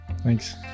Thanks